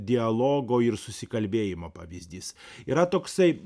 dialogo ir susikalbėjimo pavyzdys yra toksai